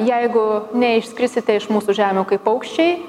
jeigu neišskrisite iš mūsų žemių kaip paukščiai